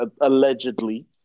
allegedly